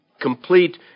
complete